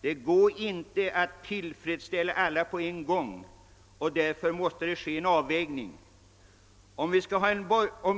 Det går inte att tillfredsställa alla på en gång, och därför måste det ske en avvägning. Om